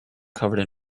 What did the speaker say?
covered